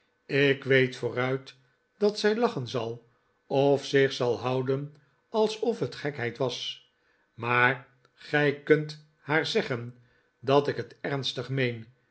ik weet vooruit dat zij lachen zal of zich zal houden alsof het gekheid was maar gij kunt haar zeggen dat ik het ernstig meen